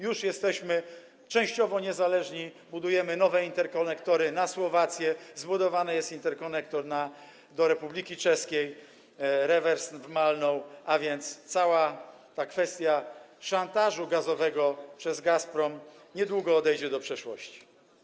Już jesteśmy częściowo niezależni: budujemy nowe interkonektory na Słowację, zbudowany jest interkonektor do Republiki Czeskiej, rewers w Mallnow, a więc cała ta kwestia szantażu gazowego przez Gazprom niedługo odejdzie do przeszłości.